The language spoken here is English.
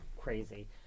crazy